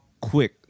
quick